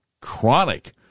chronic